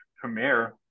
premier